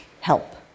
help